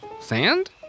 Sand